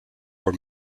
were